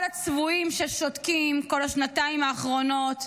כל הצבועים ששותקים כל השנתיים האחרונות,